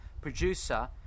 producer